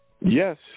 Yes